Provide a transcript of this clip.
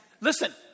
Listen